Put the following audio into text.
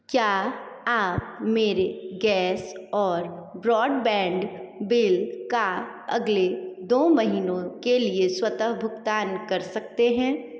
क्या आप मेरे गैस और ब्रॉडबैंड बिल का अगले दो महीनों के लिए स्वतः भुगतान कर सकते हैं